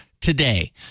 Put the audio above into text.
today